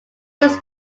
was